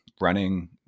running